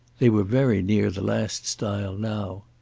they were very near the last stile now.